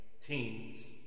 teens